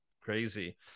Crazy